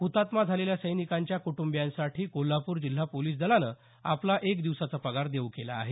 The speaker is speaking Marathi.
हुतात्मा झालेल्या सैनिकांच्या कुटुंबीयांसाठी कोल्हापूर जिल्हा पोलिस दलानं आपला एक दिवसाचा पगार देऊ केला आहे